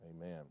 Amen